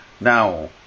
Now